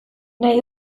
nahi